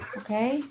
Okay